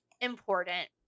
important